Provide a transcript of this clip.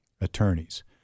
attorneys